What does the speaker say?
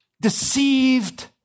deceived